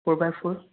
four by four